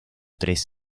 tres